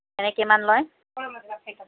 এনেই কিমান লয়